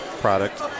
product